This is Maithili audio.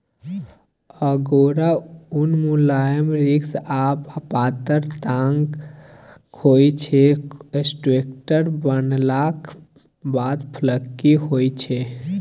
अगोरा उन मुलायम, सिल्की आ पातर ताग होइ छै स्वेटर बनलाक बाद फ्लफी होइ छै